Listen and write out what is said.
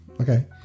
okay